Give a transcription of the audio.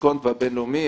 דיסקונט והבינלאומי,